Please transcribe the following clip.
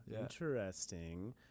interesting